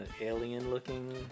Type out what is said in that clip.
alien-looking